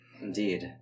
Indeed